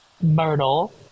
Myrtle